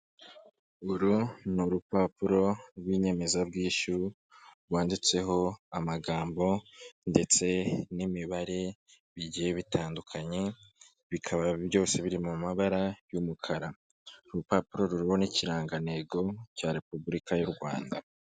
Uru ni urupapuro rw'inyemezabwishyu rwanditseho amagambo ndetse n'imibare bigiye bitandukanye, bikaba byose biri mu mabara y'umukara, urupapuro ruriho n'ikirangantego cya Repubulika y'u Rwanda.